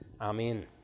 Amen